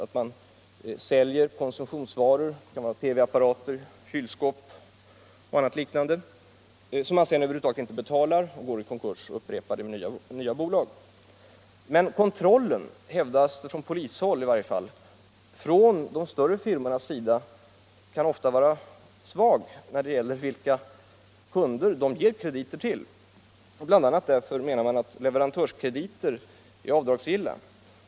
Man köper in och säljer t.ex. konsumtionskapitalvaror som TV apparater, kylskåp och annat liknande, men man betalar inte utan går i konkurs och upprepar detta med nya bolag. Från polishåll hävdas att kontrollen från de större firmornas sida ofta kan vara för svag när det gäller vilka kunder man ger krediter till. Detta beror bl.a. därpå, menar man, att leverantörskrediter är avdragsgilla.